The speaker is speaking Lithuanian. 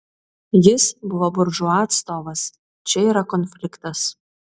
jis buvo buržua atstovas čia yra konfliktas